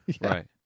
right